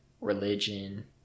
religion